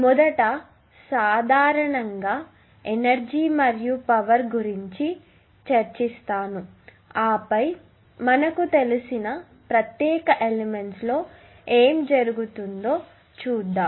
మొదట నేను సాధారణంగా ఎనర్జీ మరియు పవర్ గురించి చర్చిస్తాను ఆపై మనకు తెలిసిన ప్రత్యేక ఎలెమెంట్స్ లో ఏమి జరుగుతుందో చూస్తాం